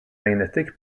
magnetic